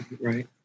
Right